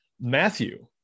Matthew